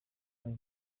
ayo